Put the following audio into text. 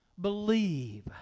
Believe